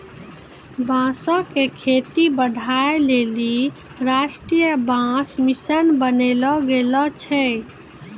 बांसो क खेती बढ़ाय लेलि राष्ट्रीय बांस मिशन बनैलो गेलो छै